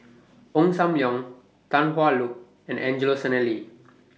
Ong SAM Leong Tan Hwa Luck and Angelo Sanelli